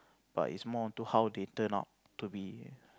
but is more of like how they turn out to be